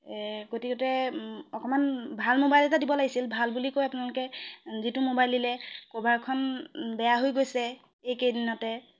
এ গতিকতে অকণমান ভাল মোবাইল এটা দিব লাগিছিল ভাল বুলি কৈ আপোনালোকে যিটো মোবাইল দিলে ক'ভাৰখন বেয়া হৈ গৈছে এইকেইদিনতে